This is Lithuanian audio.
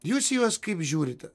jūs juos kaip žiūrite